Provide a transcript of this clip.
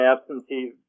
absentee